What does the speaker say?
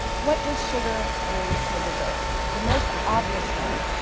what does sugar do to a desert? the most obvious one,